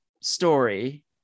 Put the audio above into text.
story